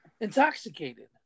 intoxicated